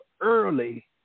early